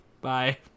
Bye